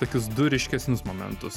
tokius du ryškesnius momentus